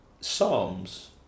Psalms